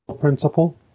principle